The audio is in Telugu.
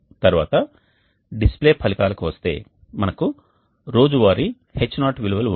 తర్వాత డిస్ప్లే ఫలితాలకు వస్తే మనకు రోజువారీ H0 విలువలు ఉన్నాయి